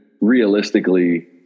realistically